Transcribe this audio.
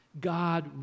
God